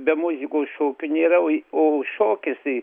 be muzikos šokio nėra o i o šokis